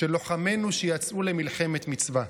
של לוחמינו שיצאו למלחמת מצווה.